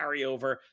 carryover